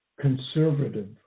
conservative